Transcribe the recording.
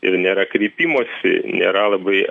ir nėra kreipimosi nėra labai